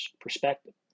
perspective